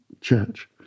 church